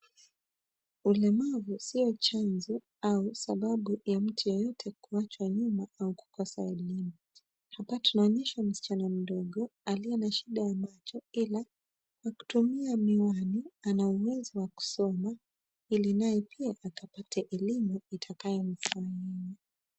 Ulemavu sio chanzo au sababu ya mtu yeyote kuachwa nyuma na kukosa elimu. Hapa tunaonyeshwa msichana mdogo aliye na shida ya macho ila kwa kutumia miwani ana uwezo wa kusoma ili pia naye akapata elimu itakayomsaidia.